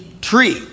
tree